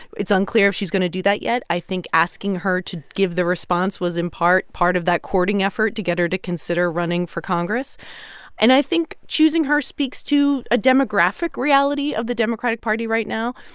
it's unclear if she's going to do that yet. i think asking her to give the response was, in part, part of that courting effort to get her to consider running for congress and i think choosing her speaks to a demographic reality of the democratic party right now.